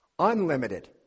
unlimited